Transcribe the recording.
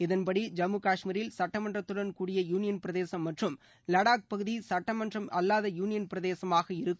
இதன்படி ஜம்மு காஷ்மீரில் சுட்டமன்றத்துடன் கூறிய யூனியன் பிரதேசம் மற்றும் லடாக் பகுதி சட்டமன்றம் அல்லாத யூனியன் பிரதேசமாக இருக்கும்